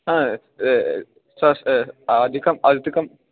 हा सस् अधिकम् अधिकम्